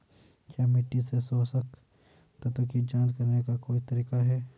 क्या मिट्टी से पोषक तत्व की जांच करने का कोई तरीका है?